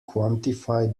quantify